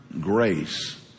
grace